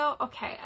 Okay